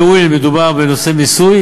והואיל ומדובר בנושא מיסוי,